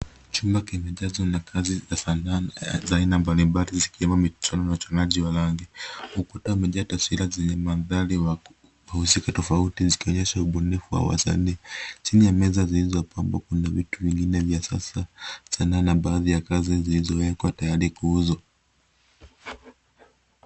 Chumba kimejazwa na kazi za sanaa za aina mbalimbali zikiwemo michoro na uchoraji wa rangi. Ukuta umejaza taswira zenye mandhari ya uhusika tofauti zikionyesha ubunifu wa wasanii. Chini ya meza zilizopamba kuna vitu vingine vya kisasa vya sanaa na baadhi ya kazi zilizowekwa tayari kuuzwa.